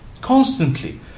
constantly